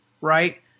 right